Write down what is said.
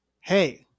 Hey